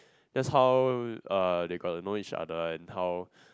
that's how uh they got to know each other and how